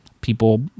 people